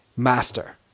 master